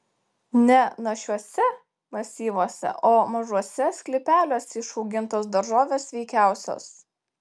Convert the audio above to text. ne našiuose masyvuose o mažuose sklypeliuose išaugintos daržovės sveikiausios